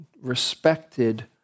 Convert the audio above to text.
respected